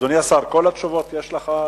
אדוני השר, את כל התשובות יש לך?